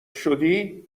شدی